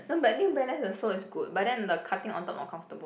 no but New Balance the sole is good but then the cutting on top not comfortable